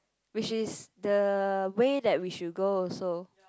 which is the way that we should go also